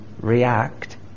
react